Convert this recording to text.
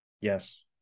Yes